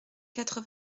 quatre